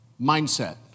mindset